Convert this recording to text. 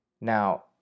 Now